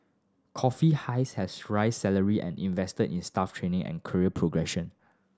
coffee has raised salary and invested in staff training and career progression